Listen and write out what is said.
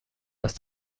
است